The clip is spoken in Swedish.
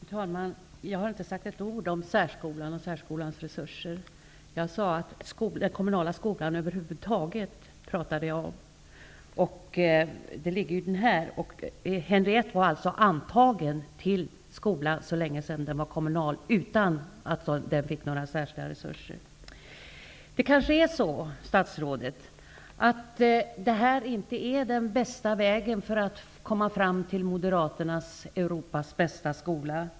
Herr talman! Jag har inte sagt ett ord om särskolan och särskolans resurser. Den kommunala skolan över huvud taget pratade jag om. Henriette var antagen till skolan så länge den var kommunal utan att den fick några särskilda resurser. Det kanske är så, statsrådet, att det här inte är bästa vägen för att komma fram till Moderaternas ''Europas bästa skola''.